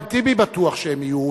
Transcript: גם טיבי בטוח שהם יהיו,